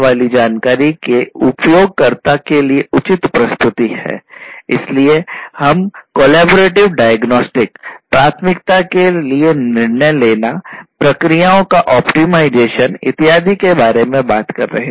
तो यह IIOT या उद्योग 40 के CPS के 5C आर्किटेक्चर का C है